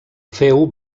feu